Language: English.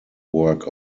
work